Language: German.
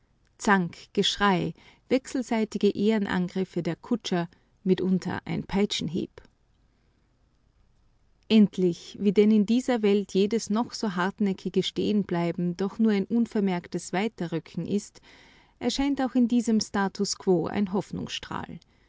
zank geschrei wechselseitige ehrenangriffe der kutscher mitunter ein peitschenhieb endlich wie denn in dieser welt jedes noch so hartnäckige stehenbleiben doch nur ein unvermerktes weiterrücken ist erscheint auch diesem status quo ein hoffnungsstrahl